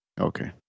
Okay